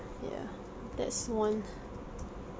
yeah that's one